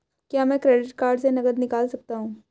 क्या मैं credit card से नकद निकाल सकता हूँ?